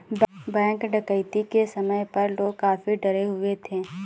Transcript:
bank डकैती के समय पर लोग काफी डरे हुए थे